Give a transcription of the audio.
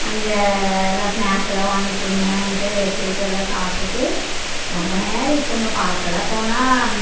அங்கே எல்லாம் ஸ்னாக்ஸ் எல்லாம் வாங்கி கொடுங்கன்ட்டு கேட்டு எல்லா சாப்பிட்டுட்டு ரொம்ப நேரம் இருப்போங்க பார்க்கெல்லாம் போனால்